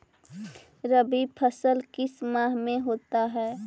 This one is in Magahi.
रवि फसल किस माह में होता है?